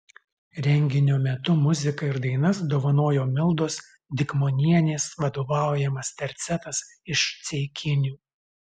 renginio metu muziką ir dainas dovanojo mildos dikmonienės vadovaujamas tercetas iš ceikinių